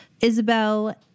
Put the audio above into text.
Isabel